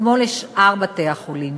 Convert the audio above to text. כמו לשאר בתי-החולים.